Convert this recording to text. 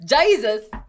Jesus